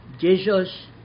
Jesus